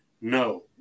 no